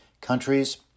countries